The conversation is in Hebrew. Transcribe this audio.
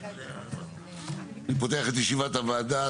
בוקר טוב לכולם אני פותח את ישיבת הוועדה,